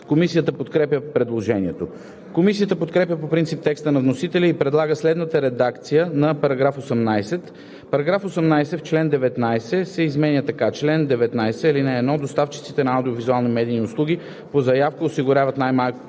Комисията подкрепя предложението. Комисията подкрепя по принцип текста на вносителя и предлага следната редакция на § 18: „§ 18. Член 19 се изменя така: „Чл. 19. (1) Доставчиците на аудио-визуални медийни услуги по заявка осигуряват най-малко